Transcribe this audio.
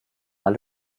alle